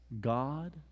God